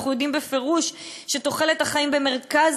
אנחנו יודעים בפירוש שתוחלת החיים במרכז